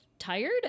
tired